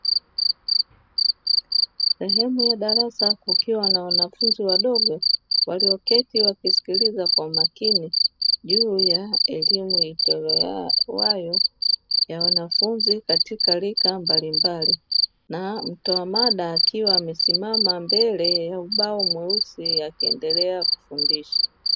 Sehemu ya darasa kukiwa na wanafunzi wadogo, walioketi wakisikiliza kwa umakini juu ya elimu itolewayo ya wanafunzi katika rika mbalimbali, na mtoa mada akiwa amesimama mbele ya ubao mweusi akiendelea kufundisha.